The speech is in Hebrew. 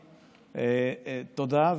תודה.